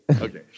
Okay